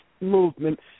movement